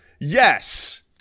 Yes